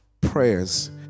prayers